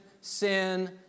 sin